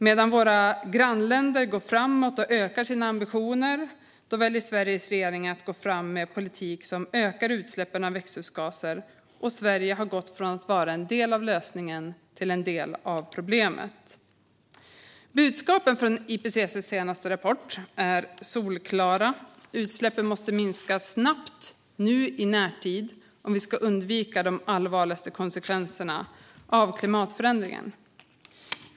Medan våra grannländer går framåt och ökar sina ambitioner väljer Sveriges regering att gå fram med politik som ökar utsläppen av växthusgaser. Sverige har gått från att vara en del av lösningen till att vara en del av problemet. Budskapet i IPCC:s senaste rapport är solklart: Utsläppen måste minska snabbt, nu i närtid, om vi ska undvika de allvarligaste konsekvenserna av klimatförändringarna.